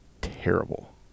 terrible